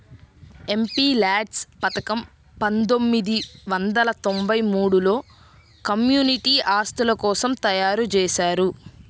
MPLADS పథకం పందొమ్మిది వందల తొంబై మూడులో కమ్యూనిటీ ఆస్తుల కోసం తయ్యారుజేశారు